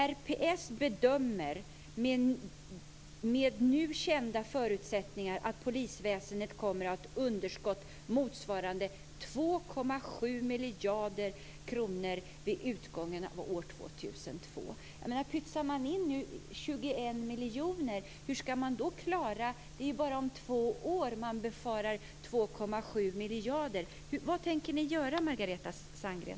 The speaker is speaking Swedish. RPS bedömer, med nu kända förutsättningar, att polisväsendet kommer att ha ett underskott motsvarande ca 2,7 miljarder vid utgången av år 2002." Här pytsar man nu in 21 miljoner, medan det befaras ett underskott om 2,7 miljarder bara om två år. Vad tänker ni göra, Margareta Sandgren?